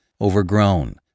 overgrown